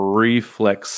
reflex